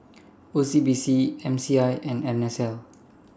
O C B C M C I and N S L